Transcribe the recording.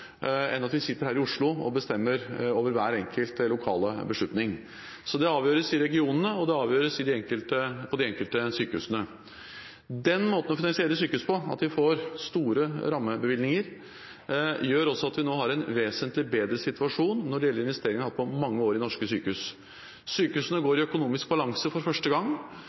enn at vi sitter her i Oslo og bestemmer over hver enkelt lokale beslutning. Det avgjøres i regionene, og det avgjøres på de enkelte sykehusene. Den måten å finansiere sykehus på, at de får store rammebevilgninger, gjør også at vi nå har en vesentlig bedre situasjon når det gjelder investeringer, enn vi har hatt på mange år i norske sykehus. Sykehusene går i økonomisk balanse for første gang.